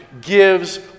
gives